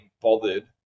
bothered